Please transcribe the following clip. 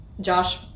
Josh